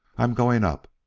i am going up.